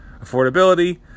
affordability